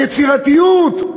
היצירתיות,